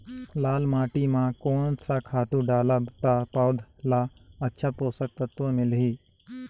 लाल माटी मां कोन सा खातु डालब ता पौध ला अच्छा पोषक तत्व मिलही?